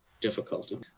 difficulty